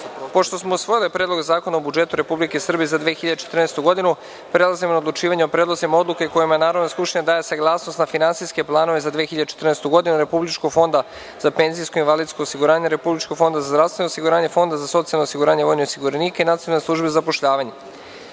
smo usvojili Predlog zakona o budžetu Republike Srbije za 2014. godinu, prelazimo na odlučivanje o predlozima odluka kojima Narodna skupština daje saglasnost na finansijske planove za 2014. godinu Republičkog fonda za penzijsko i invalidsko osiguranje, Republičkog fonda za zdravstveno osiguranje, Fonda za socijalno osiguranje vojnih osiguranika i Nacionalne službe za zapošljavanje. Stavljam